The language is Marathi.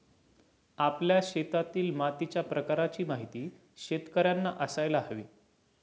आपल्या शेतातील मातीच्या प्रकाराची माहिती शेतकर्यांना असायला हवी